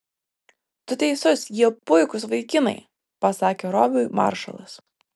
tu teisus jie puikūs vaikinai pasakė robiui maršalas